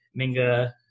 Minga